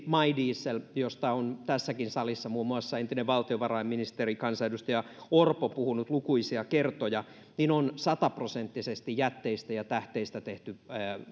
my diesel josta on tässäkin salissa muun muassa entinen valtiovarainministeri kansanedustaja orpo puhunut lukuisia kertoja on sata prosenttisesti jätteistä ja tähteistä tehty